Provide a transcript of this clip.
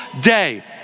day